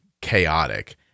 chaotic